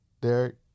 Derek